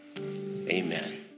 amen